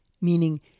meaning